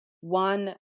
one